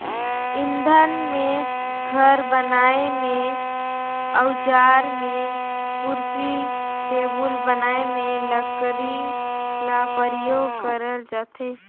इंधन में, घर बनाए में, अउजार में, कुरसी टेबुल बनाए में लकरी ल परियोग करल जाथे